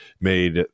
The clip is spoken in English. made